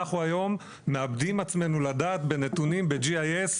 אנחנו היום מאבדים עצמנו לדעת בנתונים, ב-GIS.